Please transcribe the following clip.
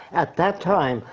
at that time,